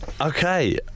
Okay